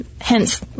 hence